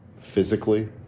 physically